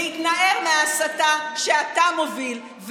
להתנער מההסתה שאתה מוביל,